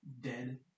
dead